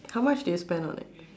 how much do you spend on it